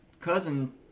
cousin